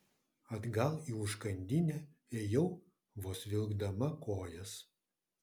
atgal į užkandinę ėjau vos vilkdama kojas